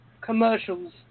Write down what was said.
commercials